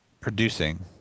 producing